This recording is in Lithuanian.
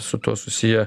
su tuo susiję